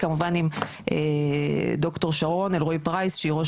כמובן עם ד"ר שרון אלרעי פרייס שהיא ראש